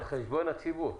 על חשבון הציבור.